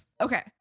okay